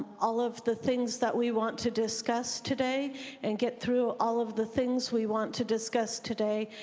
all of the things that we want to discuss today and get through all of the things we want to discuss today,